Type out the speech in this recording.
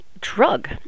drug